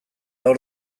hor